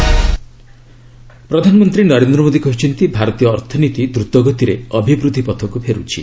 PM economy ପ୍ରଧାନମନ୍ତ୍ରୀ ନରେନ୍ଦ୍ର ମୋଦୀ କହିଛନ୍ତି ଭାରତୀୟ ଅର୍ଥନୀତି ଦ୍ରତ ଗତିରେ ଅଭିବୃଦ୍ଧି ପଥକୁ ଫେରୁଛି